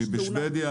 כי בשוודיה,